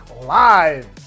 live